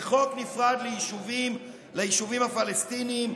וחוק נפרד ליישובים הפלסטיניים,